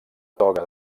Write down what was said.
toga